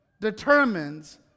determines